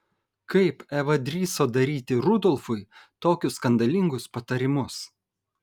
kaip eva drįso dalyti rudolfui tokius skandalingus patarimus